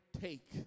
Take